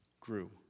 grew